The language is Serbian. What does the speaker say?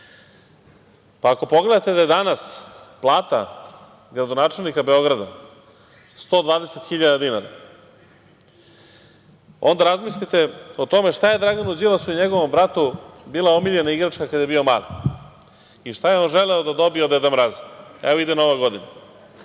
pogledate da je danas plata gradonačelnika Beograda 120 hiljada dinara, onda razmislite o tome šta je Draganu Đilasu i njegovom bratu bila omiljena igračka kada je bio mali i šta je još želeo da dobije od Deda Mraza. Evo ide Nova godina.